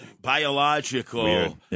biological